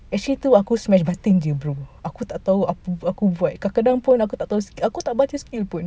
actually itu aku smash buttons jer bro aku tak tahu apa aku buat kadang-kadang pun aku tak tahu aku tak baca skill pun